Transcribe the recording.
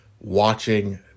watching